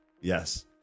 Yes